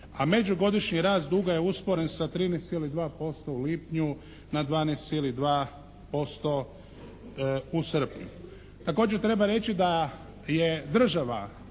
a međugodišnji rast duga je usporen sa 13,2% u lipnju na 12,2% u srpnju. Također treba reći da je država